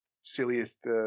silliest